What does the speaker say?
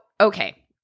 Okay